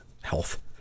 health